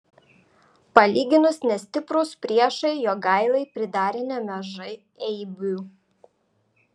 palyginus nestiprūs priešai jogailai pridarė nemažai eibių